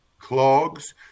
clogs